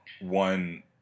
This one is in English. one